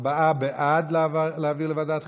ארבעה בעד להעביר לוועדת החינוך,